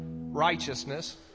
righteousness